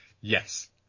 yes